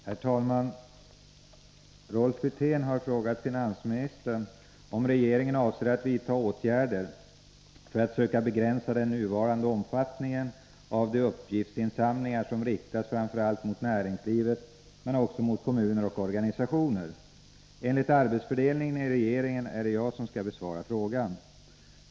Herr talman! Rolf Wirtén har frågat finansministern om regeringen avser att vidta åtgärder för att söka begränsa den nuvarande omfattningen av de uppgiftsinsamlingar som riktas framför allt mot näringslivet men också mot kommuner och organisationer. Enligt arbetsfördelningen i regeringen är det jag som skall besvara frågan.